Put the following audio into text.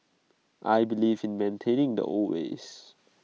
I believe in maintaining the old ways